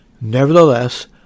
Nevertheless